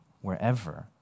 wherever